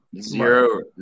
zero